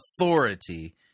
authority